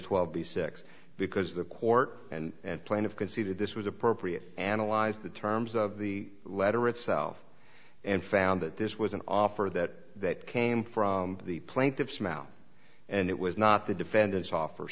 twelve b six because the court and plan of conceded this was appropriate analyze the terms of the letter itself and found that this was an offer that came from the plaintiff's mouth and it was not the defendant's offer